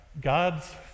God's